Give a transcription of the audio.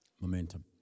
Momentum